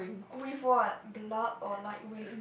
with what blood or like with